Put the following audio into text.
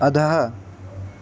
अधः